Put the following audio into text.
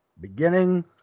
beginning